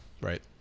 right